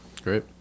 Great